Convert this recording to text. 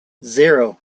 zero